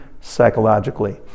psychologically